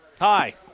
Hi